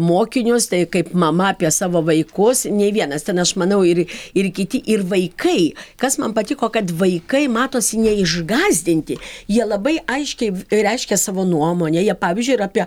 mokinius tai kaip mama apie savo vaikus nei vienas ten aš manau ir ir kiti ir vaikai kas man patiko kad vaikai matosi ne išgąsdinti jie labai aiškiai reiškia savo nuomonę jie pavyzdžiui ir apie